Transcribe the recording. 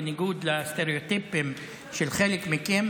בניגוד לסטריאוטיפים של חלק מכם,